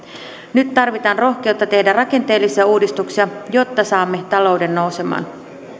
nyt tarvitaan rohkeutta tehdä rakenteellisia uudistuksia jotta saamme talouden nousemaan